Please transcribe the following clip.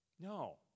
No